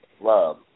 love